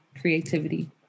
creativity